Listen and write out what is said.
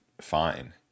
fine